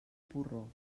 porró